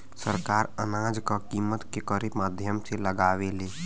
सरकार अनाज क कीमत केकरे माध्यम से लगावे ले?